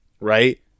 right